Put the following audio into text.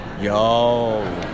Yo